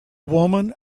woman